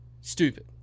Stupid